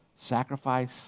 Sacrifice